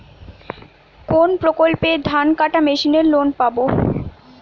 কোন প্রকল্পে ধানকাটা মেশিনের লোন পাব?